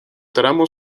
tramo